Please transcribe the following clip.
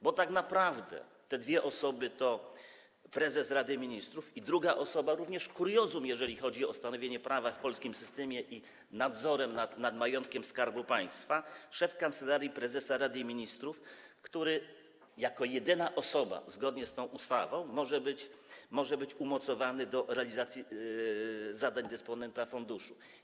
Bo tak naprawdę te dwie osoby to prezes Rady Ministrów i, to druga osoba - to również kuriozum, jeżeli chodzi o stanowienie prawa w polskim systemie i nadzór nad majątkiem Skarbu Państwa - szef Kancelarii Prezesa Rady Ministrów, który jako jedyny zgodnie z tą ustawą może być umocowany do realizacji zadań dysponenta funduszu.